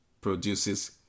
produces